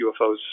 UFOs